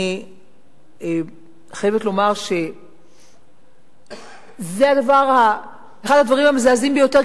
אני חייבת לומר שזה אחד הדברים המזעזעים ביותר,